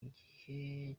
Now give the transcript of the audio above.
igihe